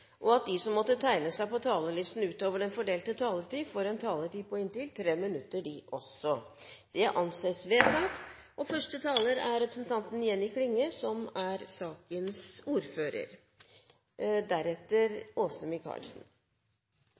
at de som måtte tegne seg på talerlisten utover den fordelte taletid, får en taletid på inntil 3 minutter. – Det anses vedtatt.